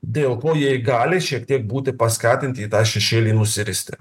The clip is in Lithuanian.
dėl ko jie gali šiek tiek būti paskatinti į tą šešėlį nusiristi